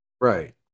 right